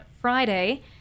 Friday